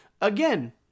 Again